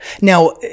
Now